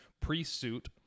pre-suit